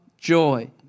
joy